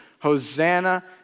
Hosanna